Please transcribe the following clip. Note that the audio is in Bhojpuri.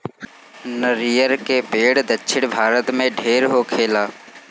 नरियर के पेड़ दक्षिण भारत में ढेर होखेला